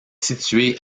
situé